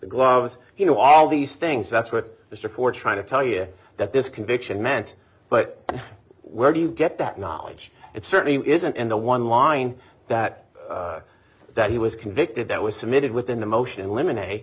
gloves you know all these things that's what mr ford trying to tell you that this conviction meant but where do you get that knowledge it certainly isn't in the one line that that he was convicted that was submitted within the motion